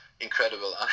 incredible